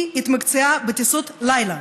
היא התמקצעה בטיסות לילה